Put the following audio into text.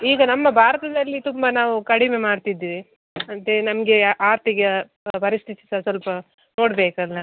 ಈಗ ನಮ್ಮ ಭಾರತದಲ್ಲಿ ತುಂಬಾ ನಾವು ಕಡಿಮೆ ಮಾಡ್ತಿದ್ದೇವೆ ಅಂತೆಯೇ ನಮಗೆ ಆರ್ಥಿಕ ಪರಿಸ್ಥಿತಿ ಸ್ವಲ್ಪ ನೋಡಬೇಕಲ್ಲ